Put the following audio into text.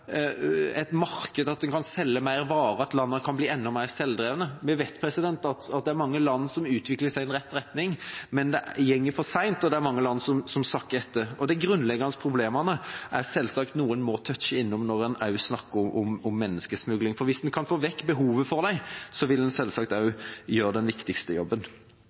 et marked, slik at en kan selge flere varer, og at landene kan bli enda mer selvdrevne. Vi vet at det er mange land som utvikler seg i rett retning, men det går for sent, og det er mange land som sakker etter. De grunnleggende problemene er selvsagt noe man må berøre når en snakker om menneskesmugling. Hvis en kan få vekk behovet for dem, vil en selvsagt gjøre den viktigste jobben.